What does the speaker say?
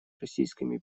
российскими